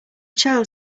child